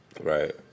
Right